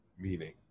meaning